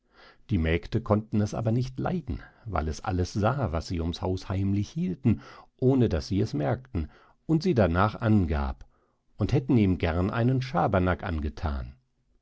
die mägde konnten es aber nicht leiden weil es alles sah was sie um haus heimlich hielten ohne daß sie es merkten und sie darnach angab und hätten ihm gern einen schabernack angethan